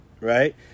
right